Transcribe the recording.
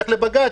ילך לבג"ץ.